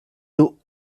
two